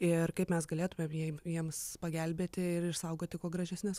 ir kaip mes galėtumėm jie jiems pagelbėti ir išsaugoti kuo gražesnes